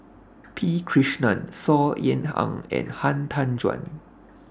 P Krishnan Saw Ean Ang and Han Tan Juan